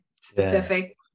Specific